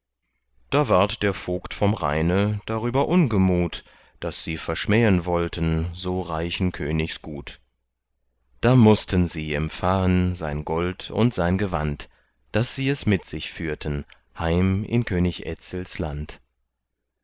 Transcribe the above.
da ward der vogt vom rheine darüber ungemut daß sie verschmähen wollten so reichen königs gut da mußten sie empfahen sein gold und sein gewand daß sie es mit sich führten heim in könig etzels land